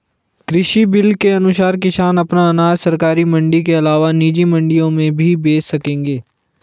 कृषि बिल के अनुसार किसान अपना अनाज सरकारी मंडी के अलावा निजी मंडियों में भी बेच सकेंगे